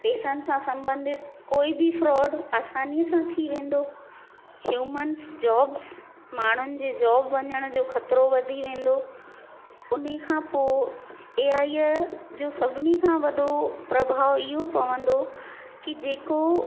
पैसनि सां संबंधित कोई बि फ्रॉड आसानी सां थी वेंदो ह्यूमंस जॉब्स माण्हुनि जे जॉब वञण जो ख़तिरो वधी वेंदो उन ई खां पोइ ए आईअ जो सभिनि खां वॾो प्रभाव इहो पवंदो कि जेको